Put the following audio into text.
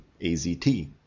AZT